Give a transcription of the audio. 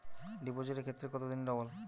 ডিপোজিটের ক্ষেত্রে কত দিনে ডবল?